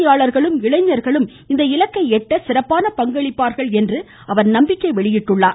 யாளர்களும் இளைஞர்களும் இந்த இலக்கை எட்ட சிறப்பான பங்களிப்பார்கள் என்று அவர் நம்பிக்கை தெரிவித்துள்ளார்